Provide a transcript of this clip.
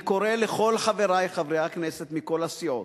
אני קורא לכל חברי חברי הכנסת, מכל הסיעות,